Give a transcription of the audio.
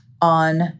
on